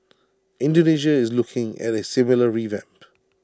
Indonesia is looking at A similar revamp